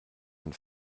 and